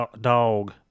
dog